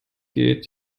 geht